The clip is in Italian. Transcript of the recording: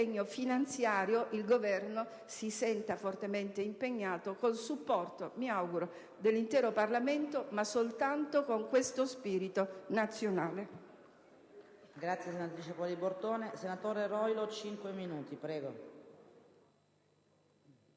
finanziarie cui il Governo si senta fortemente impegnato, con il supporto - mi auguro - dell'intero Parlamento, ma soltanto con questo spirito nazionale. *(Applausi